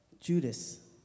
Judas